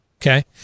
Okay